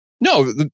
No